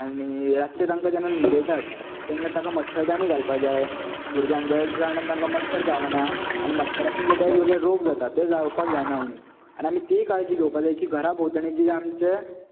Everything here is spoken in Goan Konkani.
आनी रातचे तांका जेन्ना न्हिदयतात तेन्ना ताका मच्छरदाणी घालपाक जाय त्या कारणान तांकां मच्छर चावना आनी मच्छरासून वेगवेगळे रोग जाता ते जावपाक जायना म्हणून आनी आमी तीय काळजी घेवपाक जाय की घरा भोंवतणी जे आमचे